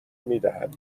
میدهد